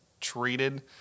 treated